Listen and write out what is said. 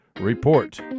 Report